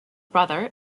brother